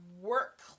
work